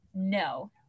No